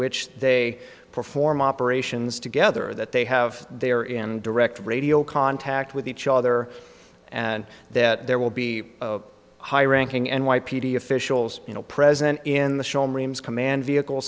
which they perform operations together that they have there in direct radio contact with each other and that there will be high ranking n y p d officials you know present in the show marines command vehicles